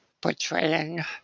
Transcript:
portraying